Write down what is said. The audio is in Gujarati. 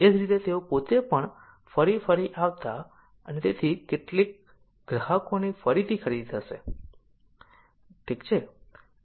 એ જ રીતે તેઓ પોતે પણ ફરી ફરી આવતા અને તેથી કેટલાક ગ્રાહકોની ફરીથી ખરીદી થશે ઠીક છે